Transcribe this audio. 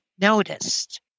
noticed